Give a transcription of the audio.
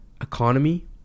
economy